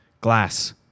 glass